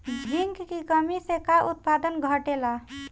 Zinc की कमी से का उत्पादन घटेला?